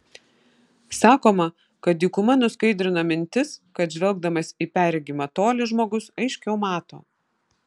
sakoma kad dykuma nuskaidrina mintis kad žvelgdamas į perregimą tolį žmogus aiškiau mato